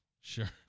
Sure